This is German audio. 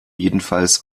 jedenfalls